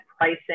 pricing